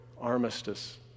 armistice